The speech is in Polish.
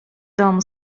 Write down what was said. dom